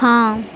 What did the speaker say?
ହଁ